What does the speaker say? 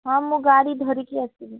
ହଁ ମୁଁ ଗାଡ଼ି ଧରିକି ଆସିବି